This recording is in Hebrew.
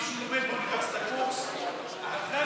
מישהו לומד באוניברסיטה קורס להנאתו,